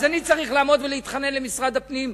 אני צריך לעמוד ולהתחנן למשרד הפנים: